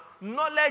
Knowledge